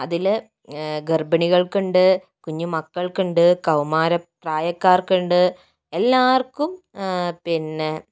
അതില് ഗർഭിണികൾക്കുണ്ട് കുഞ്ഞുമക്കൾക്കുണ്ട് കൗമാര പ്രായക്കാർക്കുണ്ട് എല്ലാവർക്കും പിന്നെ